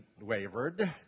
wavered